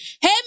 Hey